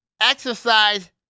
exercise